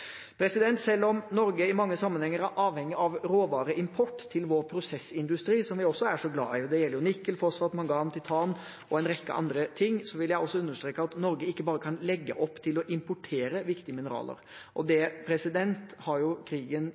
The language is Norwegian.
Selv om Norge i mange sammenhenger er avhengig av råvareimport til vår prosessindustri – som vi også er så glad i, og det gjelder nikkel, fosfat, mangan, titan og en rekke andre – vil jeg understreke at Norge ikke bare kan legge opp til å importere viktige mineraler. Det har krigen i Europa og